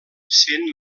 cent